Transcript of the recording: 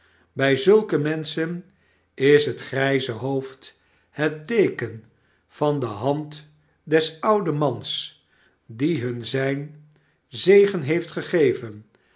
bij zulke menschen is het grijze hoofd het teeken van de hand des ouden mans die hun zijn zegen heeft gegeven